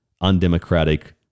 undemocratic